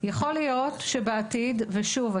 יכול להיות שבעתיד ושוב,